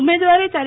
ઉમેદવારે તા